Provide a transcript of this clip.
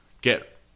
get